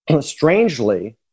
strangely